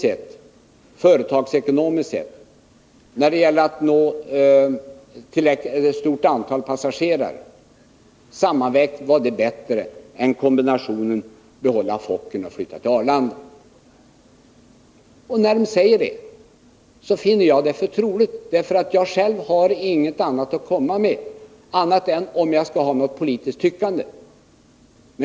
Sammanvägt fann han alltså att kombinationen nytt plan och kvarstannande på Bromma vore att föredra företagsekonomiskt sett.